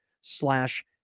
slash